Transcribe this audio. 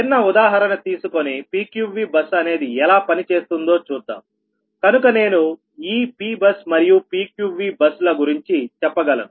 చిన్న ఉదాహరణ తీసుకొని PQVబస్ అనేది ఎలా పని చేస్తుందో చూద్దాంకనుక నేను ఈ Pబస్ మరియు PQVబస్ ల గురించి చెప్పగలను